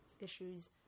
issues